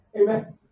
Amen